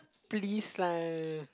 please lah